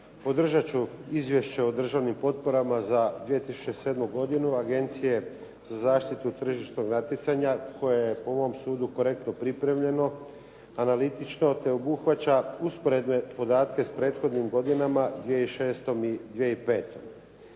Podržat ću Izvješće o državnim potporama za 2007. godinu Agencije za zaštitu tržišnog natjecanja koje je po mom sudu korektno pripremljeno, analitično te obuhvaća usporedne podatke s prethodnim godinama 2006. i 2005.